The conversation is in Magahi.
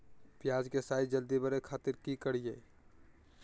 प्याज के साइज जल्दी बड़े खातिर की करियय?